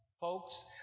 Folks